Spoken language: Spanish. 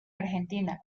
argentina